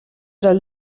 dal